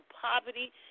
poverty